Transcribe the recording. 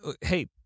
hey